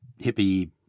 hippie